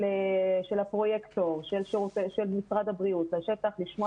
של הפרויקטור של משרד הבריאות לשטח לשמוע